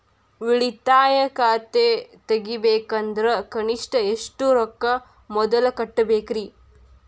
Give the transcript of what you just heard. ಉಳಿತಾಯ ಖಾತೆ ತೆಗಿಬೇಕಂದ್ರ ಕನಿಷ್ಟ ಎಷ್ಟು ರೊಕ್ಕ ಮೊದಲ ಕಟ್ಟಬೇಕ್ರಿ?